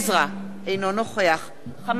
אינו נוכח חמד עמאר,